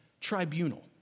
tribunal